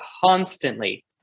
constantly